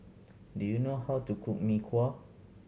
do you know how to cook Mee Kuah